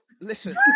listen